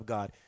God